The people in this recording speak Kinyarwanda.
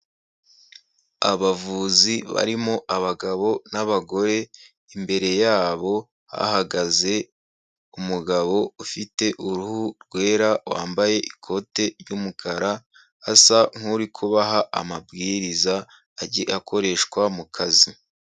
Abavuzi barimo abagabo n'abagore, imbere yabo hahagaze umugabo ufite uruhu rwera wambaye ikote ry'umukara, asa nk'uri kubaha amabwiriza akoreshwa mu kazi.